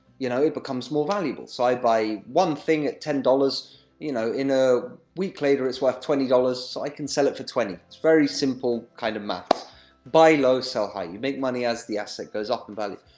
you know, it becomes more valuable. so, i buy one thing at ten dollars you know, and a week later it's worth twenty dollars, so i can sell it for twenty. it's a very simple kind of maths buy low, sell high. you make money as the asset goes up in value.